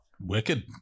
Wicked